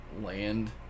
land